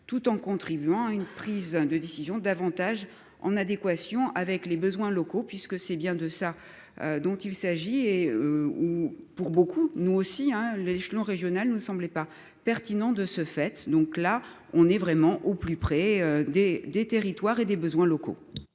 tout en contribuant à une prise de décision davantage en adéquation avec les besoins locaux puisque c'est bien de ça. Dont il s'agit et où, pour beaucoup, nous aussi hein. L'échelon régional ne semblait pas pertinent de ce fait, donc là on est vraiment au plus près des des territoires et des besoins locaux.